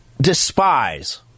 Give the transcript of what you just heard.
despise